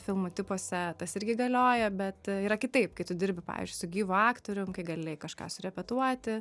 filmų tipuose tas irgi galioja bet yra kitaip kai tu dirbi pavyzdžiui su gyvu aktorium kai gali kažką surepetuoti